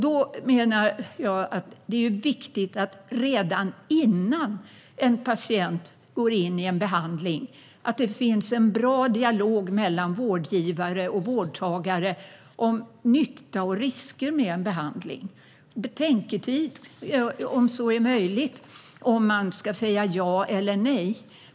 Då menar jag att det är viktigt att det mellan vårdgivare och vårdtagare finns en bra dialog om nytta och risker med en behandling redan innan en patient går in i en behandling så att det finns betänketid, om så är möjligt, när det gäller om man ska säga ja eller nej.